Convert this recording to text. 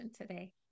today